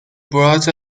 brought